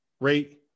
rate